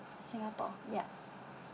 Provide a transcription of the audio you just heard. singapore yup